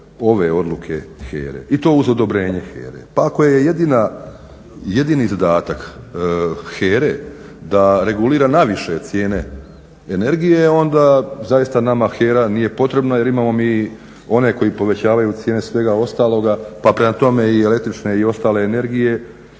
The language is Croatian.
ove odluke HERA-e i to uz odobrenje HERA-e. Pa ako je jedini zadatak HERA-e da regulira naviše cijene energije onda zaista nama HERA nije potrebna jer imamo mi one koji povećavaju cijene svega ostaloga pa prema tome i električne i ostale energije